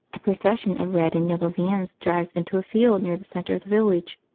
a procession of red and yellow vans drives into a field near the centre of the village.